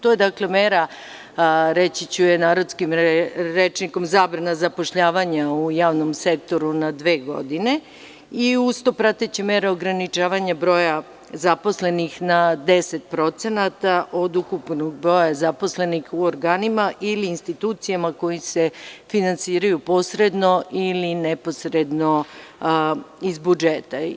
To je mera, reći ću je narodskim rečnikom, zabrana zapošljavanja u javnom sektoru na dve godine, i uz to prateća mera ograničavanja broja zaposlenih na 10% od ukupnog broja zaposlenih u organima ili institucijama koje se finansiraju posredno, ili neposredno iz budžeta.